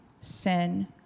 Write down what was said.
sin